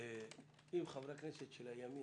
אם חברי כנסת של הימין,